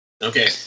Okay